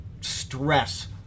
stress